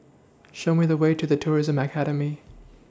Show Me The Way to The Tourism Academy